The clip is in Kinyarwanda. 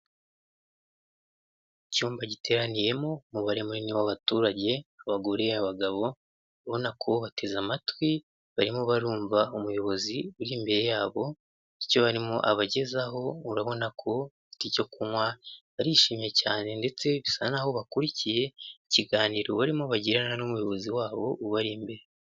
Icyumba giteraniyemo umubare munini w'abaturage, abagore, abagabo, ubonako bateze amatwi, barimo barumva umuyobozi uri imbere yabo icyo arimo abagezaho, urabona ko bafite icyo kunywa, barishimye cyane ndetse bisa naho bakurikiye ikiganiro barimo bagirana n'umuyobozi wabo ubari imbere.